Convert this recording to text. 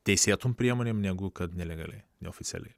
teisėtom priemonėm negu kad nelegaliai neoficialiai